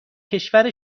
کشور